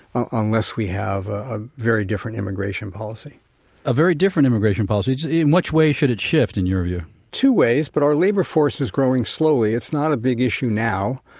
ah unless we have a very different immigration policy a very different immigration policy in which way should it shift in your view? in two ways. but our labor force is growing slowly. it's not a big issue now,